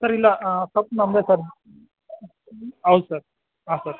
sir ಇಲ್ಲ ತಪ್ಪು ನಮ್ಮದೇ ಸರ್ ಹೌದು ಸರ್ ಹಾಂ ಸರ್